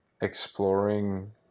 exploring